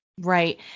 Right